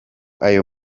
ayo